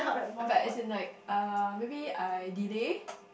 but as in like uh maybe I delay